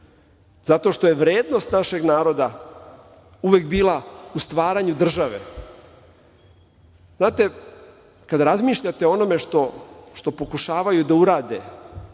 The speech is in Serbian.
zato što je vrednost našeg naroda uvek bila u stvaranju države. Znate, kada razmišljate o onome što pokušavaju da urade